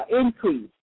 increase